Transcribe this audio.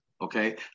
okay